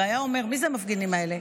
והיה אומר: מי אלה המפגינים האלה?